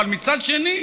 אבל מצד שני,